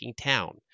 town